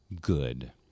good